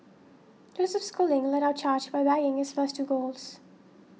Joseph Schooling led our charge by bagging his first two golds